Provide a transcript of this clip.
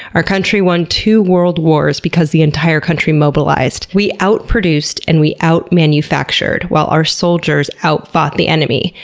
our country won two world wars because the entire country mobilized. we out-produced and we out-manufactured while our soldiers out-fought the enemy.